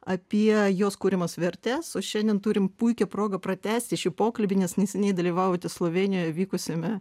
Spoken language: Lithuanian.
apie jos kuriamas vertes o šiandien turim puikią progą pratęsti šį pokalbį nes neseniai dalyvavote slovėnijoj vykusiame